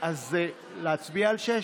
אז להצביע על 6?